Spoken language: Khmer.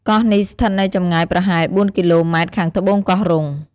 កោះនេះស្ថិតនៅចំងាយប្រហែល ៤ គីឡូម៉ែត្រខាងត្បូងកោះរ៉ុង។